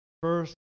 first